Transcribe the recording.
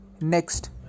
Next